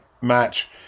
match